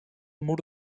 mur